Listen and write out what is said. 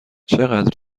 چقدر